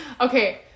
okay